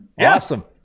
awesome